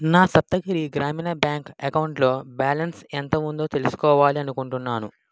నా సప్తగిరి గ్రామీణ బ్యాంక్ అకౌంటులో బ్యాలన్స్ ఎంత ఉందో తెలుసుకోవాలి అనుకుంటున్నాను